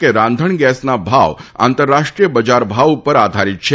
કે રાંધણગેસના ભાવ આંતરરાષ્ટ્રીય બજારભાવ પર આધારીત છે